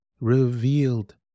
revealed